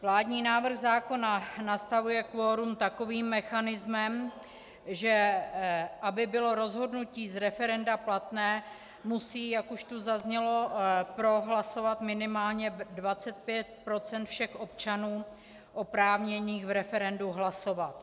Vládní návrh zákona nastavuje kvorum takovým mechanismem, že aby bylo rozhodnutí z referenda platné, musí, jak už tu zaznělo, pro hlasovat minimálně 25 % všech občanů oprávněných v referendu hlasovat.